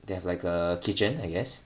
they have like a kitchen I guess